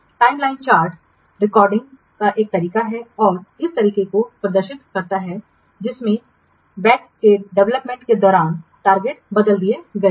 timeline chart recording का एक तरीका है और उस तरीके को प्रदर्शित करता है जिसमें बैक के डेवलपमेंट के दौरान लक्ष्य बदल गए हैं